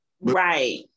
Right